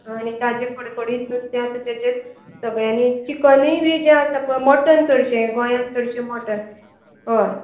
आं आनी ताजें फडफडीत नुस्तें आसा ताजेंच सगळ्यांनी चिकनूय बी जें आसा पळय मटण चडशें गोंयांत चडशें मटण हय